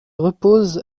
repose